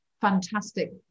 fantastic